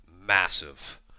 Massive